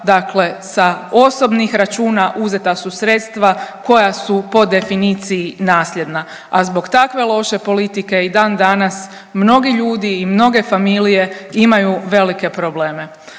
dakle sa osobnih računa uzeta su sredstva koja su po definiciji nasljedna, a zbog takve loše politike i dan danas mnogi ljudi i mnoge familije imaju velike probleme.